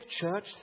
church